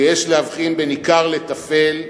ש"יש להבחין בין עיקר לטפל,